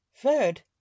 third